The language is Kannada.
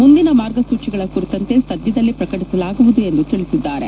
ಮುಂದಿನ ಮಾರ್ಗಸೂಚಿಗಳ ಕುರಿತಂತೆ ಸದ್ಯದಲ್ಲೇ ಪ್ರಕಟಿಸಲಾಗುವುದು ಎಂದು ತಿಳಿಸಿದ್ದಾರೆ